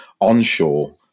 onshore